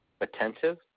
Attentive